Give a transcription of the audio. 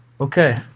okay